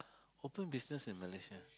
open business in Malaysia